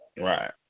Right